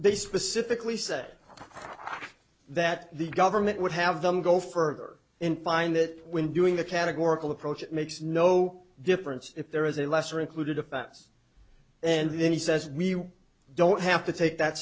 they specifically say that the government would have them go further in find that when doing the categorical approach it makes no difference if there is a lesser included offense and then he says we don't have to take that